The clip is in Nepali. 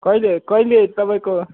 कहिले कहिले तपाईँको